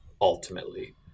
ultimately